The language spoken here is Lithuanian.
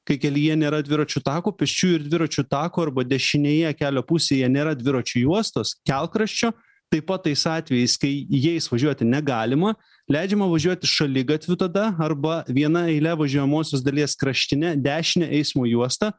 kai kelyje nėra dviračių tako pėsčiųjų ir dviračių tako arba dešinėje kelio pusėje nėra dviračių juostos kelkraščio taip pat tais atvejais kai jais važiuoti negalima leidžiama važiuoti šaligatviu tada arba viena eile važiuojamosios dalies kraštine dešine eismo juosta